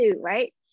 right